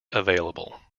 available